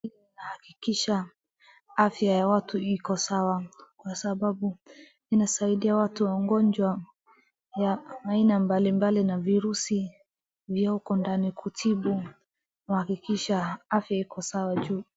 Dawa hii inahakikisha afya ya watu iko sawa, kwa sababu inasaidia watu wagonjwa ya aina mbalimbali na virusi vya huko ndani, kutibu, kuhakikisha afya iko sawa juu.